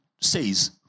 says